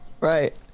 Right